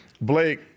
Blake